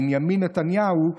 בנימין נתניהו,